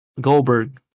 Goldberg